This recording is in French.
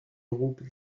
groupes